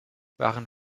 waren